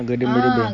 garden by the bay